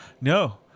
No